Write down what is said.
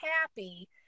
happy